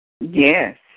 Yes